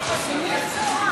למי הבשורה?